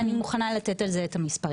ואני מוכנה לתת על זה את המספרים.